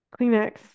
Kleenex